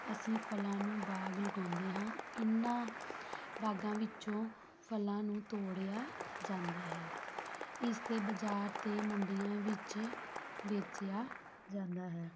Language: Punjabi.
ਅਸੀਂ ਫਲਾਂ ਨੂੰ ਬਾਗ ਲਗਾਉਂਦੇ ਹਾਂ ਇਹਨਾਂ ਬਾਗਾਂ ਵਿੱਚੋਂ ਫਲਾਂ ਨੂੰ ਤੋੜਿਆ ਜਾਂਦਾ ਹੈ ਇਸ ਦੇ ਬਾਜ਼ਾਰ ਅਤੇ ਮੰਡੀਆਂ ਵਿੱਚ ਵੇਚਿਆ ਜਾਂਦਾ ਹੈ